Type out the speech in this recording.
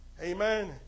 Amen